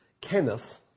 Kenneth